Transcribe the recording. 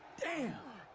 damn,